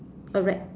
a rack